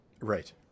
Right